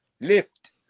Lift